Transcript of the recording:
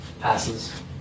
passes